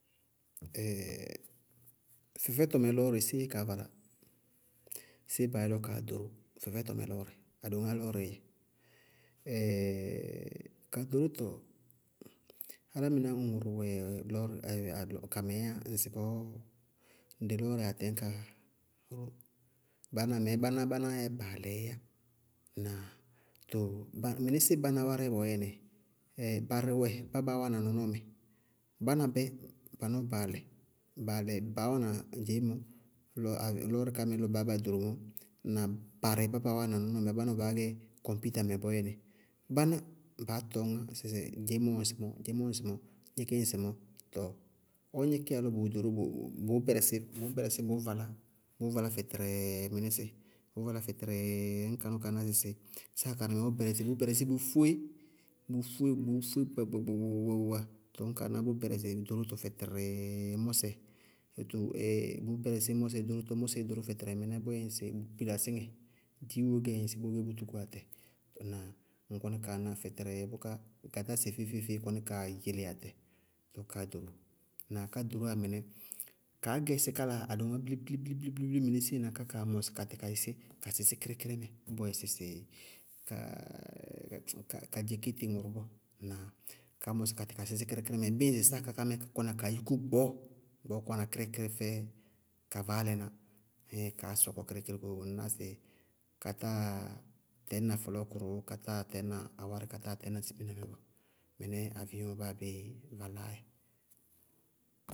fɛfɛtɔ mɛ lɔɔrɩ séé kaá valá? Séé baá yɛ lɔ kaá ɖoró? Fɛfɛtɔ mɛ lɔɔrɩ, adoŋá lɔɔrɩí dzɛ. ka ɖorótɔ álámɩná ŋʋrʋ wɛ lɔɔrɩ ɛɛ-alɔ- kamɛɛ yá ñŋsɩ bɔɔ dɩ lɔɔrɩ atɛñkaá. Báná mɛɛ báná yɛ baalɛɛ yá. Ŋnáa? Too bá mɩnɩsɩɩ báná wárɩ bɔɔyɛ nɩ, barɩ wɛ bá baá wáana nɔnɔɔ mɛ, báná bɛ, ba nɔɔ baalɛ, baalɛ baá wáana dzeémɔ lɔ awe lɔɔrɩ ká mɛ lɔ ba baá gɛ bá ɖoro mɔɔ na barɩ bá baá wáana nɔnɔɔ mɛ báná wɛɛ baá gɛ kɔŋpita mɛ bɔɔyɛnɩ, báná, baá tɔñŋá sɩsɩ dzeémɔ wɛ ŋsɩmɔɔ dzeémɔ yɛ ŋsɩmɔɔ, gníkɩ ŋsɩmɔɔ, tɔɔ ɔ gníkɩ ya lɔ bʋ ɖoró bo, bʋʋ bɛrɛsɩ, bʋʋ bɛrɛsɩ bʋʋ valá fɛtɛrɛɛɛ mɩnɩsɩɩ, bʋʋ valá fɛtɛrɛɛɛ ŋñ kañ kaa ná sɩ sáa karɩmɛ bʋʋ bɛrɛsɩ bʋʋ bɛrɛsɩ bʋʋ fóe, bʋʋ fóe gbaagba gbaagba gbaagba, tɔɔ ññ kaa ná bʋʋ bɛrɛsɩ ɖorótɔ fɛtɛrɛɛɛ mɔsɛ etʋ bʋʋ bɛrɛsɩ mɔsɛ ɖʋrʋtɔ mɔsɛɛ yɛ ŋsɩ bʋ kpilasí ŋɛ dziiwoó kaa yɛ ŋsɩ bʋʋ gɛ bʋ tuku atɛ, ŋnáa? Ŋñ kɔní kaaná fɛtɛrɛɛɛ bʋ ká garásɛ feé-feé kɔní kaa yele atɛ bʋʋ káá ɖoro. Ná káá ɖorówá mɩnɛ kaá gɛ sɩ kála adoŋá bili-bili bili-bili mɩnɩsɩɩ ká kaa mɔsɩ katɩ ka yɛsé ka sɩsɩ kíríkírí mɛ, bʋ bɔ yɛ sɩsɩ ka dzekéti ŋʋrʋ bɔɔ. Ŋnáa? Kaá mɔsɩ katɩ ka sɩsɩ kíríkírí mɛ bɩɩ sáa kaká mɛɛ ká kɔníya kaa yúkú gbu, gbɔɔ kɔɔ wáana kíríkírí fɛ ka vaálɛná, mɩníɩ kaá sɔkɔ kíríkírí kóo, ŋñ ná sɩ katáa tɛñna fɔlɔɔkʋrʋ róó katáa tɩñna awárí, katáa tɩñna siminamɛ bɔɔ, mɩnɛɛ avɩyɔŋ báa béé valáá yɛ.